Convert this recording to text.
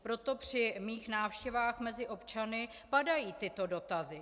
Proto při mých návštěvách mezi občany padají tyto dotazy.